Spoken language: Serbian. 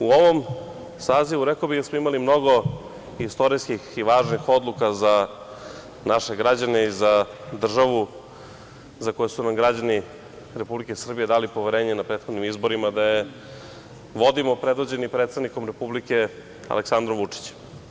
U ovom sazivu rekao bih da smo imali mnogo istorijskih i važnih odluka za naše građane i za državu, za koje su nam građani Republike Srbije dali poverenje na prethodnim izborima da je vodimo, predvođeni predsednikom Republike, Aleksandrom Vučićem.